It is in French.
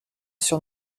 sur